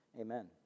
amen